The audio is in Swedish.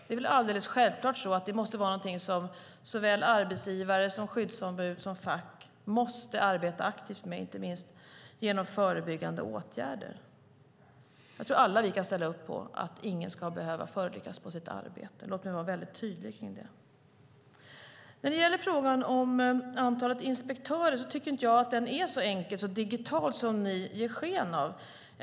Det är alldeles självklart att det måste vara någonting som såväl arbetsgivare som skyddsombud och fack måste arbeta aktivt med, inte minst genom förebyggande åtgärder. Jag tror att vi alla kan ställa upp på att ingen ska behöva förolyckas på sitt arbete. Låt mig vara väldigt tydlig med det. När det gäller frågan om antalet inspektörer tycker jag inte att den är så enkel och digital som ni ger sken av.